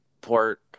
port